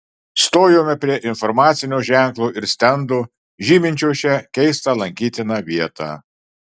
stojome prie informacinio ženklo ir stendo žyminčio šią keistą lankytiną vietą